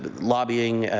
lobbying,